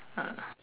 ah